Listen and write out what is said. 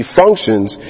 functions